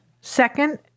second